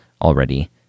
already